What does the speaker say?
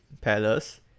Palace